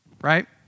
right